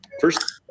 first